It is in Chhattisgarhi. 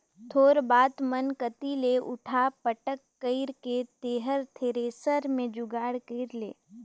थोर बात मन कति ले उठा पटक कइर के तेंहर थेरेसर के जुगाड़ कइर ले